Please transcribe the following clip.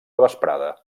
vesprada